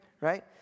Right